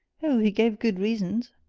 oh, he gave good reasons!